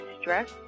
stress